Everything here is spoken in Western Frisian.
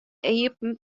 iepen